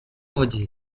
yagize